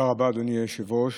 תודה רבה, אדוני היושב-ראש.